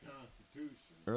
Constitution